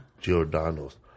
Giordano's